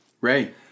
Ray